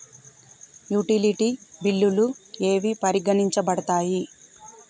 Utility బిల్లులు ఏవి పరిగణించబడతాయి?